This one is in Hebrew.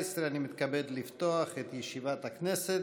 אני מתכבד לפתוח את ישיבת הכנסת.